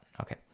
Okay